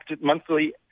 monthly